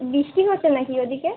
বৃষ্টি হচ্ছে নাকি ওদিকে